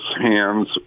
hands